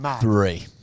Three